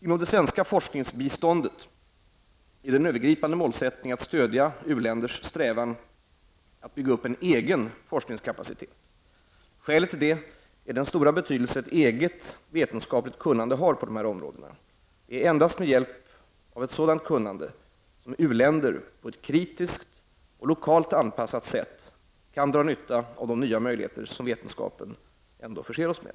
Inom det svenska forskningsbiståndet är det en övergripande målsättning att stödja u-länders strävan att bygga upp en egen forskningskapacitet. Skälet till det är den stora betydelse ett eget vetenskapligt kunnande har på dessa områden. Det är endast med hjälp av ett sådant kunnande som uländer på ett kritiskt och lokalt anpassat sätt kan dra nytta av de nya möjligheter som vetenskapen ändå förser oss med.